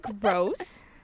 gross